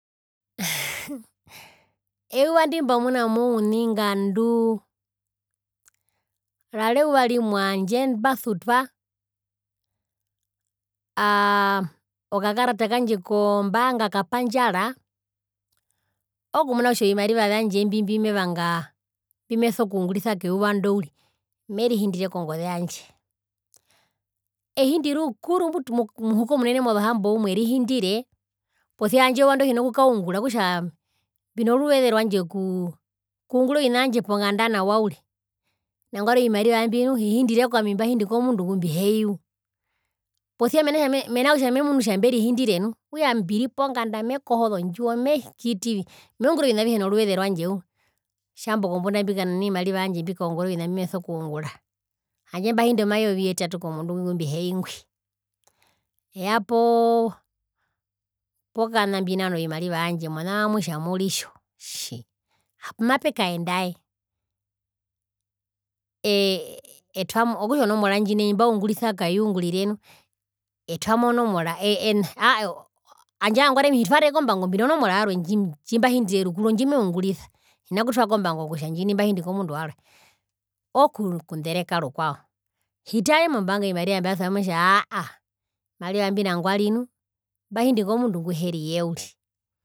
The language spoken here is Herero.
Mmmmhaaa eyuva ndimbamunamo oungingandu yari euva rimwe handje mbasutwa aaa okakarata kandje kombanga kapandjara okumuna kutja ovimariva vyandje mbi mbimevanga mbimeso kungurisa keuva ndo uriri merihindire kongoze yandje ehindi rukuru mutu muhukomunene mozo hamboumwe irihindire posia handje eyuva ndo hin kukaungura okutja mbinoruveze rwandje okuu okungura ovina vyandje ponganda nawa uri nangwari ovimariva mbi nu hihindire kwami mbahindi komundu ngumbiheii uriri posia mena kutja memunu kutja mberihindire nu okutja mbiri ponganda mekoho zondjiwo metjitivi meungura ovina avihe noruveze rwandje uriri tjambo kombunda mbikanane ovimariva vyandje mbikaungure ovina mbimeso kungura handje mbahindi omayovi yetatu komundu ngwi ngumbiheii ngwi eya poo pokana mbinane ovimariva vyandje mona mamutja muritjo tjii hapo mapekaendae, eee twamo okutja onomera ndji mbaungurisa kaiungurire nu aahaa tjandje nangwari hitwarere kombango mbino nomera yarwe ndjimbahindire rukuru ondjimeungurisa hina kutwarako mbango kutja ndjini mbahindi komundu warwe ookundereka rukwao hitare mombaanga ovimariva mbiasewako etja haa aaa ovimariva mbi nangwari nu mbahindi komundu nguheriye uriri.